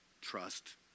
Trust